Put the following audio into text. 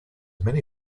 many